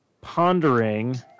Pondering